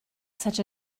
such